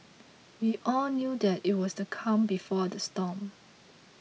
we all knew that it was the calm before the storm